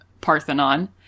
Parthenon